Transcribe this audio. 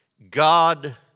God